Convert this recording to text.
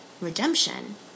redemption